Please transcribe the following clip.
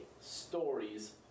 stories